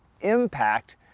impact